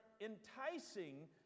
enticing